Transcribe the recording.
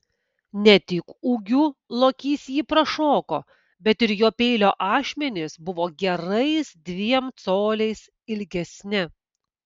ne tik ūgiu lokys jį prašoko bet ir jo peilio ašmenys buvo gerais dviem coliais ilgesni